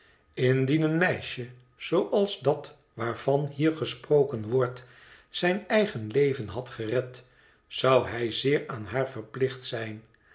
indien een meisje zooals dat waarvan hier gesproken wordt zijn eigen leven had gered zou hij zeer aan haar verplicht zijn